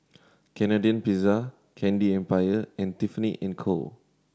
Canadian Pizza Candy Empire and Tiffany and Co